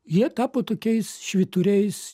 jie tapo tokiais švyturiais